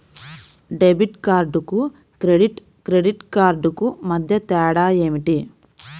Debit కార్డుకు credit credit కార్డుకు మధ్య తేడా ఏమిటీ?